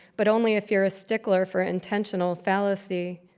but only if you're a stickler for intentional fallacy.